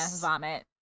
vomit